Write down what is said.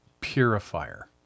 Purifier